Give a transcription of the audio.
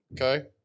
Okay